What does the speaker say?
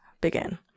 begin